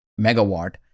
megawatt